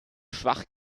schwach